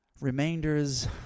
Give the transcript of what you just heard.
Remainders